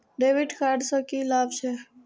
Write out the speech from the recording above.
डेविट कार्ड से की लाभ छै?